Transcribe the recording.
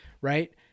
right